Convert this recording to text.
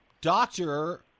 doctor